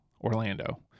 Orlando